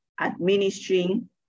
administering